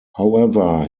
however